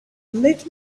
let